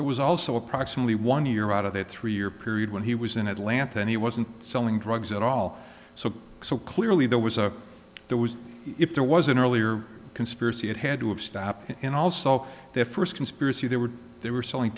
there was also approximately one year out of a three year period when he was in atlanta and he wasn't selling drugs at all so so clearly there was a there was if there was an earlier conspiracy it had to have stop and also their first conspiracy there were they were selling